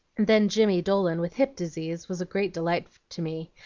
then jimmy dolan with hip disease was a great delight to me,